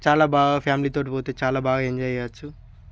చాలా బాగా ఫ్యామిలీతో పోతే చాలా బాగా ఎంజాయ్ చేయవచ్చు